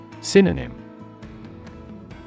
Synonym